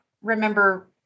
remember